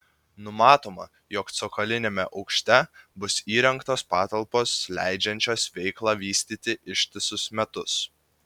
numatoma jog cokoliniame aukšte bus įrengtos patalpos leidžiančios veiklą vystyti ištisus metus